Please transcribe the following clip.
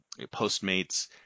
Postmates